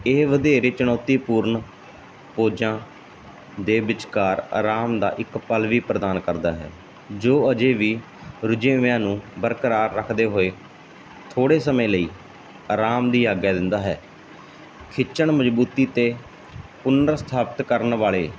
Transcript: ਇਹ ਵਧੇਰੇ ਚੁਣੌਤੀਪੂਰਨ ਪੌਜਾਂ ਦੇ ਵਿਚਕਾਰ ਆਰਾਮ ਦਾ ਇੱਕ ਪਲ ਵੀ ਪ੍ਰਦਾਨ ਕਰਦਾ ਹੈ ਜੋ ਅਜੇ ਵੀ ਰੁਝੇਵਿਆਂ ਨੂੰ ਬਰਕਰਾਰ ਰੱਖਦੇ ਹੋਏ ਥੋੜ੍ਹੇ ਸਮੇਂ ਲਈ ਆਰਾਮ ਦੀ ਆਗਿਆ ਦਿੰਦਾ ਹੈ ਖਿੱਚਣ ਮਜ਼ਬੂਤੀ ਅਤੇ ਪੁਨਰ ਸਥਾਪਿਤ ਕਰਨ ਵਾਲੇ